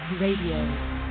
RADIO